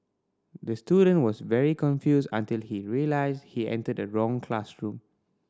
the student was very confused until he realised he entered the wrong classroom